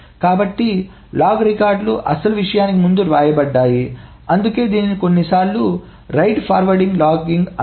కాబట్టి లాగ్ రికార్డులు అసలు విషయానికి ముందు వ్రాయబడ్డాయి అందుకే దీనిని కొన్నిసార్లు రైట్ ఫార్వర్డ్ లాగింగ్ అంటారు